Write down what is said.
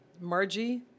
Margie